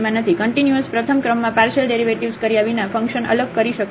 continuous પ્રથમ ક્રમમાં partial derivatives કર્યા વિના ફંક્શન અલગ કરી શકાય છે